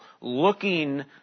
looking